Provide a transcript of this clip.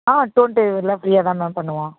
ஆ door டெலிவரிலாம் ஃபிரியாகதான் ma'am பண்ணுவோம்